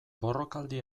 borrokaldi